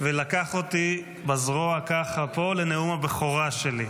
ולקח אותי בזרוע, ככה, פה, לנאום הבכורה שלי,